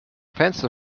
fenster